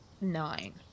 nine